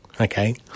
Okay